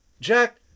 jack